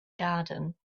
garden